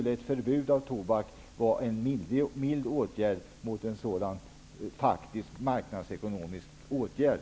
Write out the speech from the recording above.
Ett förbud av tobak skulle vara en mild åtgärd jämfört med en sådan faktisk marknadsekonomisk åtgärd.